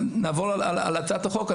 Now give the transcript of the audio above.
נעבור על הצעת החוק.